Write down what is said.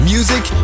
Music